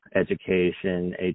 education